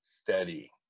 steady